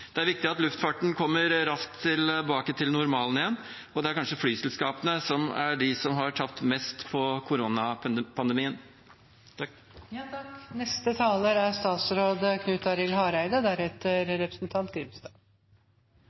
Det er viktig at luftfarten kommer raskt tilbake til normalen igjen, og det er kanskje flyselskapene som er de som har tapt mest på koronapandemien. Eg skal kommentere nokre av dei utfordringane eg er